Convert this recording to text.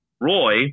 Roy